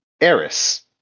Eris